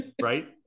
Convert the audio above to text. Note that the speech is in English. Right